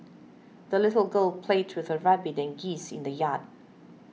the little girl played with her rabbit and geese in the yard